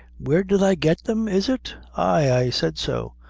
where did i get them, is it? ay i said so.